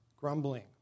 grumbling